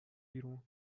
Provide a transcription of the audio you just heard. بیرون